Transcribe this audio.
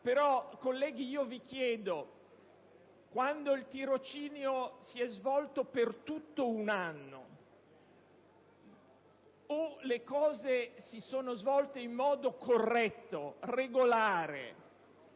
però, colleghi, vi chiedo: quando il tirocinio si è svolto per tutto un primo anno, se le cose si sono svolte in modo corretto e regolare,